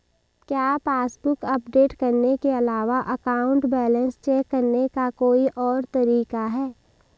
क्या passbook update करने के अलावा अकाउंट बैलेंस चेक करने का कोई और तरीका है?